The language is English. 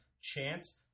chance